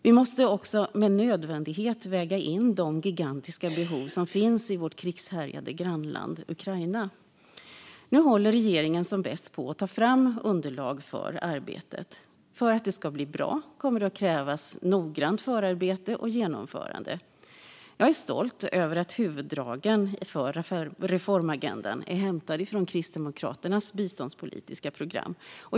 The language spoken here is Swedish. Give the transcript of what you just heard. Vi måste också med nödvändighet väga in de gigantiska behov som finns i vårt krigshärjade grannland Ukraina. Nu håller regeringen som bäst på att ta fram underlag för arbetet. För att det ska bli bra kommer det att krävas noggrant förarbete och genomförande. Jag är stolt över att huvuddragen för reformagendan är hämtade från Kristdemokraternas biståndspolitiska program.